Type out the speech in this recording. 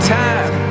time